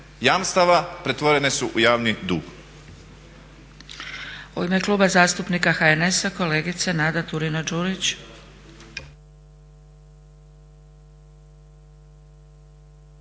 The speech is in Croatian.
jamstava pretvorene su u javni dug.